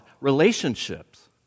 relationships